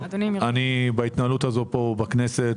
אני בהתנהלות הזאת בכנסת,